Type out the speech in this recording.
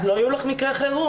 לא יהיו לך מקרי חירום.